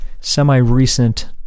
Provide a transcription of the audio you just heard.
Semi-recent